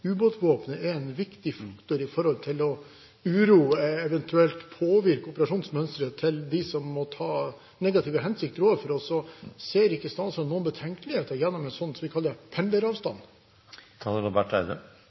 er en viktig faktor når det gjelder å uroe, eventuelt påvirke, operasjonsmønsteret til dem som måtte ha negative hensikter overfor oss. Ser ikke statsråden noen betenkeligheter gjennom en slik, skal vi